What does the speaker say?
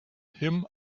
him